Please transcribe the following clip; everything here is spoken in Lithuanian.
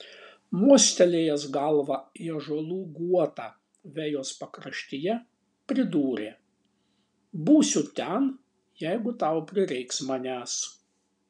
mostelėjęs galva į ąžuolų guotą vejos pakraštyje pridūrė būsiu ten jeigu tau prireiks manęs